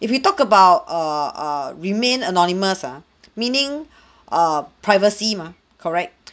if we talk about err err remain anonymous ah meaning err privacy mah correct